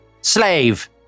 slave